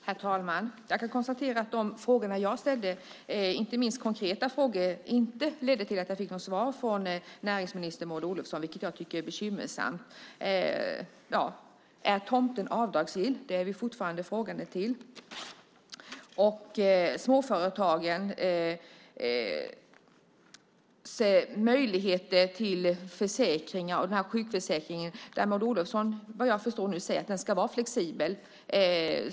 Herr talman! Jag kan konstatera att de frågor jag ställde, inte minst de konkreta frågorna, inte ledde till något svar från näringsminister Maud Olofsson. Det tycker jag är bekymmersamt. Är tomten avdragsgill? Det ställer vi oss fortfarande frågande inför och inför småföretagens möjligheter till försäkringar. När det gäller sjukförsäkringen säger Maud Olofsson, vad jag förstår, att den ska vara flexibel.